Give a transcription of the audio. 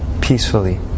peacefully